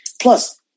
Plus